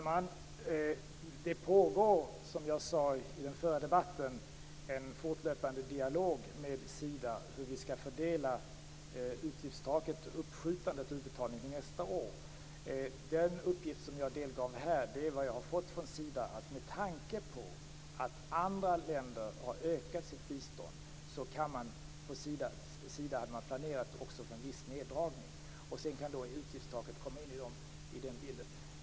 Fru talman! Som jag sade i den förra debatten pågår det en fortlöpande dialog med Sida om hur vi skall fördela detta inom utgiftstaket och om uppskjutandet av utbetalningen till nästa år. Den uppgift som jag delgav här har jag fått från Sida med tanke på att andra länder har ökat sitt bistånd, och Sida hade också planerat för en viss neddragning. Sedan kan utgiftstaket också komma in i bilden.